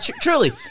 truly